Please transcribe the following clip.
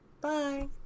Bye